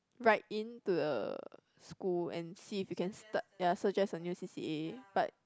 write in to the school and see if you can start ya suggest a new C_C_A but